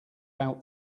after